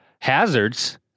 hazards